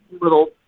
little